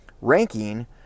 ranking